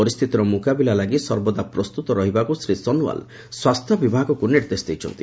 ପରିସ୍ଥିତିର ମୁକାବିଲା ଲାଗି ସର୍ବଦା ପ୍ରସ୍ତୁତ ରହିବାକୁ ଶ୍ରୀ ସୋନୱାଲ ସ୍ୱାସ୍ଥ୍ୟ ବିଭାଗକୁ ନିର୍ଦ୍ଦେଶ ଦେଇଛନ୍ତି